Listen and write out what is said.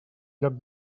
lloc